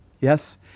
Yes